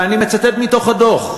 ואני מצטט מתוך הדוח: